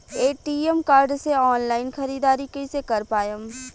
ATM card से online ख़रीदारी कइसे कर पाएम?